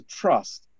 trust